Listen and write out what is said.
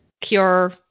cure